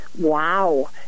wow